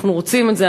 אנחנו רוצים את זה,